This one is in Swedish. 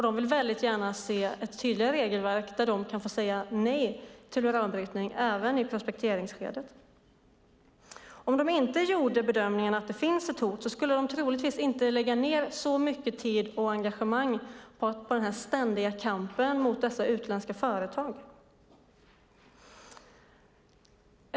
De vill gärna se ett tydligare regelverk där de kan säga nej till uranbrytning även i prospekteringsskedet. Om de inte gjorde bedömningen att det finns ett hot skulle de troligtvis inte lägga ned så mycket tid och engagemang på den ständiga kampen mot dessa utländska företag.